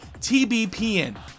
TBPN